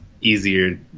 easier